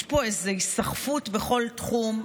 יש פה איזו היסחפות בכל תחום,